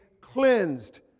cleansed